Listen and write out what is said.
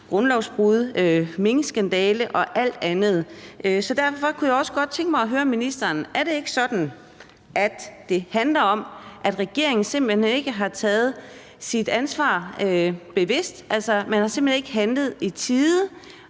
grundlovsbrud, minkskandale og alt muligt andet, og derfor kunne jeg også godt tænke mig at høre ministeren, om ikke det er sådan, at det handler om, at regeringen simpelt hen ikke er sig sit ansvar bevidst, at man altså simpelt hen ikke har handlet i tide